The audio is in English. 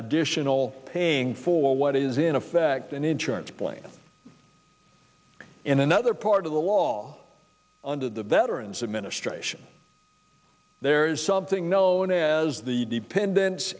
additional paying for what is in effect an insurance plan in another part of the law under the veterans administration there is something known as the dependen